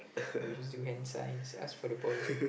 I will just hand signs ask for the ball